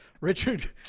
richard